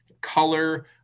color